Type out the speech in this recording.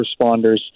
responders